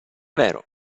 vero